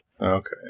Okay